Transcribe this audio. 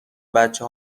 بچه